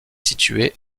située